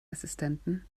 assistenten